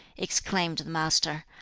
exclaimed the master,